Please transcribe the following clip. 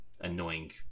annoying